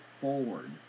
forward